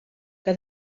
que